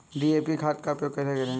DAP खाद का उपयोग कैसे करें?